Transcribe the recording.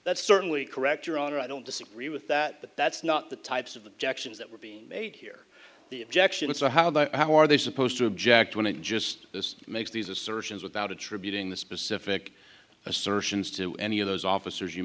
that's certainly correct your honor i don't disagree with that but that's not the types of objections that were being made here the objection so how about how are they supposed to object when it just this makes these assertions without attributing the specific assertions to any of those officers you